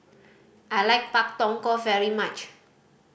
I like Pak Thong Ko very much